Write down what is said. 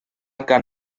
gan